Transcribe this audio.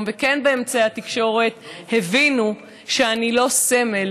וכן באמצעי התקשורת הבינו שאני לא סמל.